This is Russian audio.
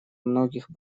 многих